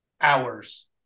hours